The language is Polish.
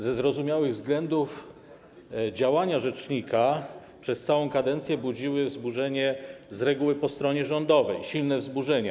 Ze zrozumiałych względów działania rzecznika przez całą kadencję budziły wzburzenie, z reguły po stronie rządowej, silne wzburzenie.